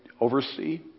oversee